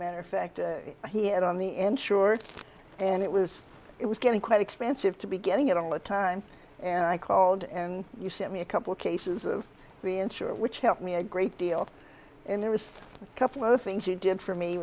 matter of fact he had on the insured and it was it was getting quite expensive to be getting it all the time and i called and you sent me a couple cases of the insurer which helped me a great deal and there was a couple of things you did for me